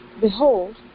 behold